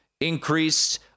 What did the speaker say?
increased